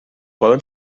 poden